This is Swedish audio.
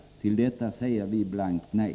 Till detta säger vi blankt nej.